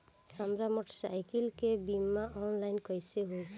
हमार मोटर साईकीलके बीमा ऑनलाइन कैसे होई?